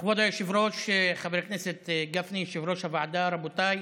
כבוד היושב-ראש, חבר הכנסת גפני, רבותיי,